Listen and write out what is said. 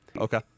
Okay